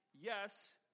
Yes